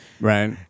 Right